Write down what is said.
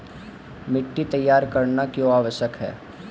मिट्टी तैयार करना क्यों आवश्यक है?